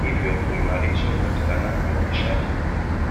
hivyo kuimarisha upatikanaji wa nishati kwa jamii.